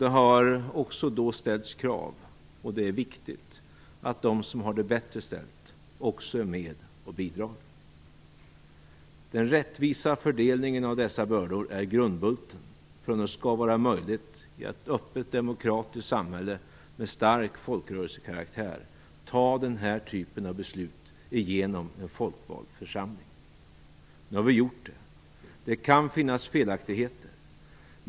Det har då även ställts krav, och det är viktigt, på att också de som har det bättre ställt skall vara med och bidra. Den rättvisa fördelningen av bördorna är grundbulten för att det skall vara möjligt att i ett öppet, demokratisk samhälle med stark folkrörelsekaraktär ta den här typen av beslut genom en folkvald församling. Nu har vi gjort det. Det kan finnas felaktigheter.